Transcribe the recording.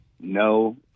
No